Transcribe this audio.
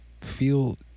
feel